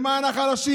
למען החלשים.